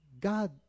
God